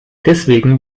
deswegen